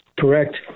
Correct